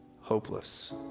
hopeless